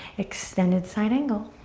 extended side angle.